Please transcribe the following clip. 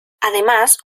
además